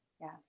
Yes